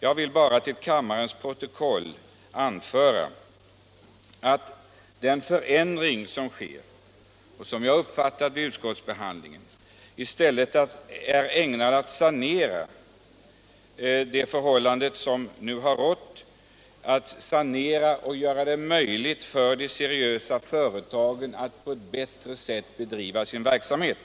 Jag vill bara till kammarens protokoll få anföra följande: Den förändring som sker, i varje fall som jag har uppfattat det under utskottsbehandlingen, går ut på att sanera de rådande förhållandena och göra det möjligt för de seriösa företagen att på ett bättre sätt bedriva sin verksamhet.